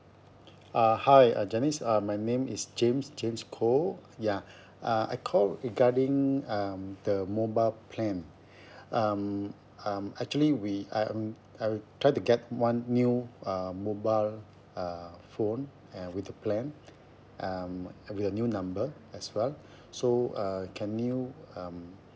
uh hi uh janice uh my name is james james koh ya uh I called regarding um the mobile plan um um actually we I um I try to get one new uh mobile uh phone and with the plan and with a new number as well so err can you um